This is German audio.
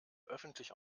öffentlich